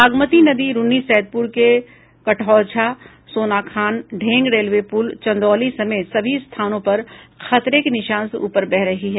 बागमती नदी रून्नीसैदपुर के कटौझा सोनाखान ढेंग रेलवे पुल चंदौली समेत सभी स्थानों पर खतरे के निशान से उपर बह रही है